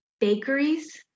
bakeries